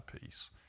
peace